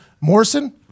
Morrison